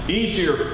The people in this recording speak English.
easier